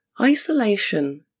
Isolation